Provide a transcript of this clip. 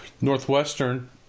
Northwestern